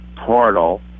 portal